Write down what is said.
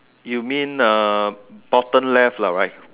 you mean uh bottom left lah right